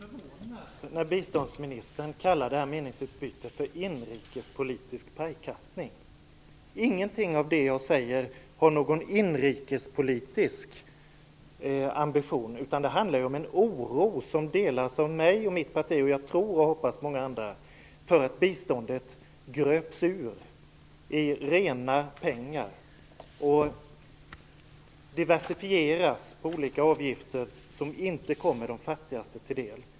Fru talman! Jag förvånas när biståndsministern kallar detta meningsutbyte för inrikespolitisk pajkastning. Det finns ingen inrikespolitisk ambition i något av det jag säger. Det handlar om en oro, som delas av mig och mitt parti och många andra, för att biståndet gröps ur i rena pengar och diversifieras på olika avgifter, som inte kommer de fattigaste till del.